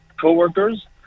co-workers